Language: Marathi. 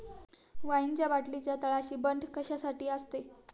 वाईनच्या बाटलीच्या तळाशी बंट कशासाठी असते?